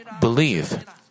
believe